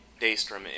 Daystrom